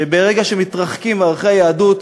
ברגע שמתרחקים מערכי היהדות,